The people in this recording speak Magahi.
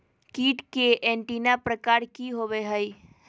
कीट के एंटीना प्रकार कि होवय हैय?